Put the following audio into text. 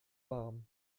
warm